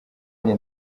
njye